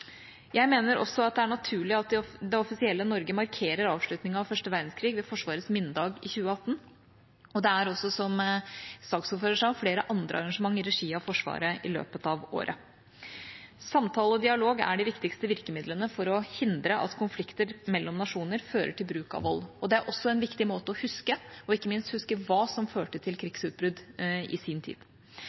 Jeg mener også at det er naturlig at det offisielle Norge markerer avslutningen av første verdenskrig ved Forsvarets minnedag i 2018. Det er også, som saksordføreren sa, flere andre arrangementer i regi av Forsvaret i løpet av året. Samtale og dialog er de viktigste virkemidlene for å hindre at konflikter mellom nasjoner fører til bruk av vold. Det er også en viktig måte å huske, ikke minst å huske hva som førte til krigsutbrudd i sin tid.